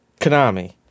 Konami